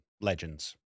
Legends